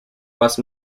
bust